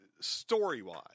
story-wise